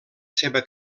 seva